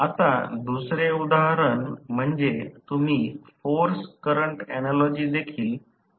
आता दुसरे उदाहरण म्हणजे तुम्ही फोर्स करंट ऍनालॉजी देखील तयार करू शकता